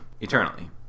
eternally